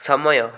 ସମୟ